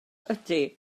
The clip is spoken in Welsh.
ydy